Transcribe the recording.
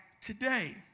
today